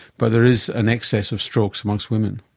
but there is an excess of strokes amongst women.